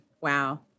Wow